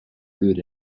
good